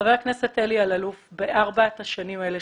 שבראשות חבר הכנסת אליי אלאלוף בארבעת השנים האלה,